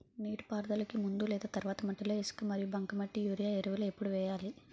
నీటిపారుదలకి ముందు లేదా తర్వాత మట్టిలో ఇసుక మరియు బంకమట్టి యూరియా ఎరువులు ఎప్పుడు వేయాలి?